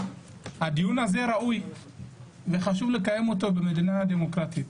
הדיון הזה ראוי וחשוב לקיים אותו במדינה דמוקרטית,